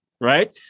right